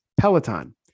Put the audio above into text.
Peloton